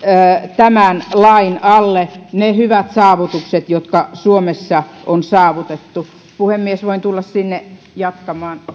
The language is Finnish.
tämän lain alle ne hyvät saavutukset jotka suomessa on saavutettu puhemies voin tulla sinne jatkamaan